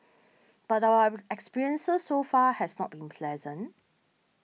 but our experiences so far has not been pleasant